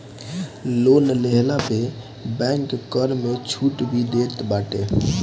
loan लेहला पे bank कर में छुट भी देत बाटे